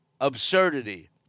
absurdity